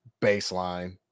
baseline